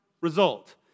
result